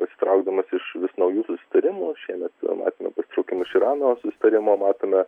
pasitraukdamas iš vis naujų susitarimų šiemet matėme pasitraukimą iš irano susitarimo matome